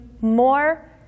more